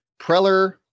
Preller